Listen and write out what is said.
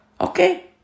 Okay